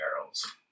barrels